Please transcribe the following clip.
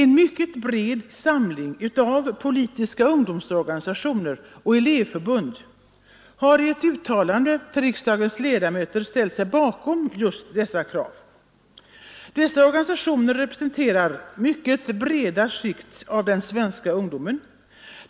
En mycket bred samling av politiska ungdomsorganisationer och elevförbund har i ett uttalande till riksdagens ledamöter ställt sig bakom just dessa krav. Dessa organisationer representerar mycket breda skikt av den svenska ungdomen.